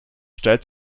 stellt